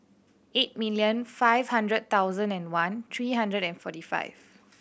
eight million five hundred thousand and one three hundred and forty two